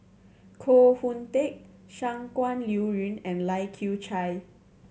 Koh Hoon Teck Shangguan Liuyun and Lai Kew Chai